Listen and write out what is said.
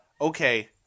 okay